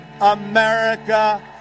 America